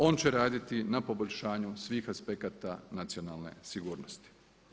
On će raditi na poboljšanju svih aspekata nacionalne sigurnosti.